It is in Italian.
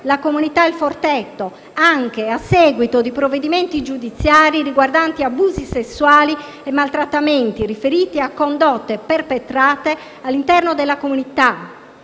la comunità «Il Forteto», anche a seguito di provvedimenti giudiziari riguardanti abusi sessuali e maltrattamenti riferiti a condotte» perpetrate all'interno della comunità;